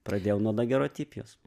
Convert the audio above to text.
pradėjau nuo dagerotipijos